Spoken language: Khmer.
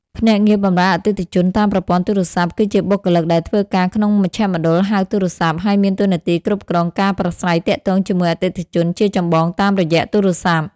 ភ្នាក់ងារបម្រើអតិថិជនតាមប្រព័ន្ធទូរស័ព្ទ គឺជាបុគ្គលិកដែលធ្វើការក្នុងមជ្ឈមណ្ឌលហៅទូរស័ព្ទ ហើយមានតួនាទីគ្រប់គ្រងការប្រាស្រ័យទាក់ទងជាមួយអតិថិជនជាចម្បងតាមរយៈទូរស័ព្ទ។